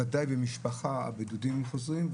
ודאי במשפחה יש בידודים חוזרים.